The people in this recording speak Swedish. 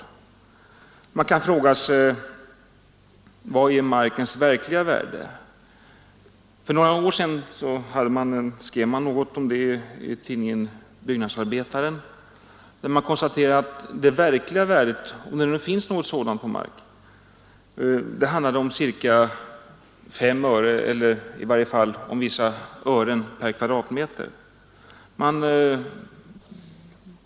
Man kan fråga sig vad markens verkliga värde är. För några år sedan skrevs det något om det i tidningen Byggnadsarbeten, och man konstaterade då att det verkliga markpriset — om det nu finns ett sådant — låg vid 5 öre, eller i varje fall vid något öretal per kvadratmeter. Bl.